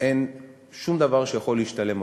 אין שום דבר שיכול להשתלם להם.